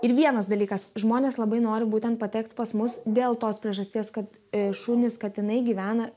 ir vienas dalykas žmonės labai nori būtent patekt pas mus dėl tos priežasties kad šunys katinai gyvena